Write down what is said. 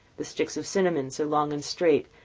the sticks of cinnamon so long and straight,